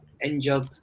injured